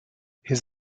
his